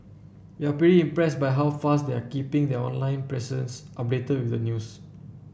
we're pretty impressed by how fast they're keeping their online presence updated with the news